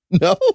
No